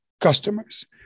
customers